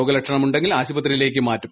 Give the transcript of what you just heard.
രോഗലക്ഷണുണ്ടെങ്കിൽ ആശുപത്രിയിലേയ്ക്ക് മാറ്റും